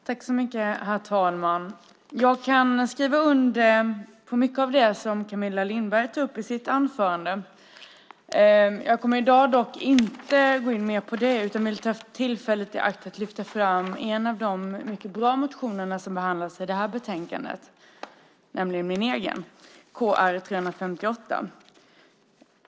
Herr talman! Jag kan skriva under på mycket av det Camilla Lindberg tog upp sitt anförande. Jag kommer dock i dag inte att gå in mer på detta, utan jag vill ta tillfället i akt att lyfta fram en av de mycket bra motioner som behandlas i det här betänkandet, nämligen min egen - 2007/08 Kr358.